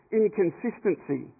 inconsistency